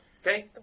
Okay